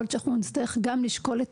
יכול להיות שאנחנו נצטרך גם לשקול את